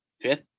fifth